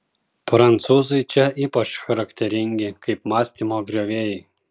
prancūzai čia ypač charakteringi kaip mąstymo griovėjai